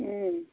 उम